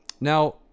now